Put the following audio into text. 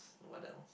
what else